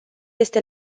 este